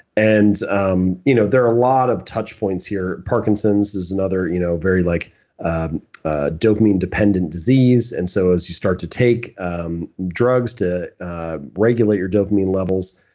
and um you know there are a lot of touch points here, parkinson's is another you know very like dopamine-dependent disease. and so as you start to take um drugs to regulate your dopamine levels,